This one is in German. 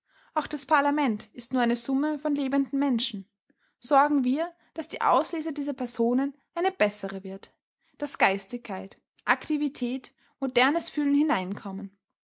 auch das parlament ist nur eine summe von lebenden menschen sorgen wir daß die auslese dieser personen eine bessere wird daß geistigkeit aktivität modernes fühlen hineinkommen